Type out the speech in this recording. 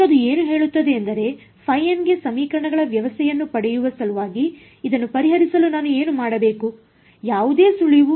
ಈಗ ಅದು ಏನು ಹೇಳುತ್ತದೆ ಎಂದರೆ ϕn ಗೆ ಸಮೀಕರಣಗಳ ವ್ಯವಸ್ಥೆಯನ್ನು ಪಡೆಯುವ ಸಲುವಾಗಿ ಇದನ್ನು ಪರಿಹರಿಸಲು ನಾನು ಏನು ಮಾಡಬೇಕು ಯಾವುದೇ ಸುಳಿವು